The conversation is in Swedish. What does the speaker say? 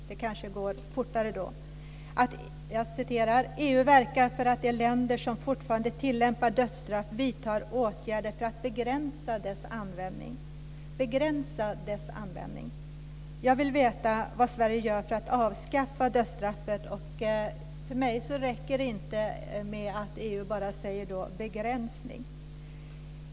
Det kanske går fortare då. Det står så här: "EU verkar . för att de länder som fortfarande tillämpar dödsstraff vidtar åtgärder för att begränsa dess användning". Jag vill veta vad Sverige gör för att avskaffa dödsstraffet. För mig räcker det inte att EU bara talar om en begränsning.